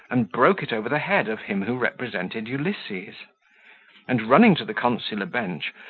and broke it over the head of him who represented ulysses and, running to the consular bench,